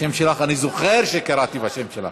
השם שלך, אני זוכר שקראתי בשם שלך.